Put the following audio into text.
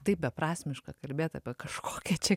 taip beprasmiška kalbėt apie kažkokią čia